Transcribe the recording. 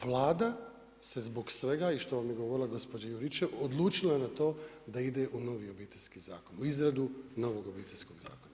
Vlada se zbog svega i što vam je govorila gospođa Juričev, odlučila na to da ide u novi Obiteljski zakon, u izradu novog Obiteljskog zakona.